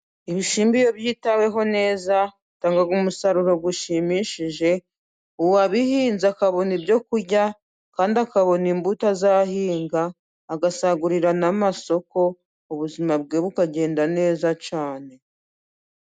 Ibishyimbo iyo byitaweho neza, bitanga umusaruro ushimishije, uwabihinze akabona ibyo kurya, kandi akabona imbuto azahinga, agasagurira n'amasosoko, ubuzima bwe bukagenda neza cyane.